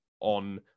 on